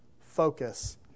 focus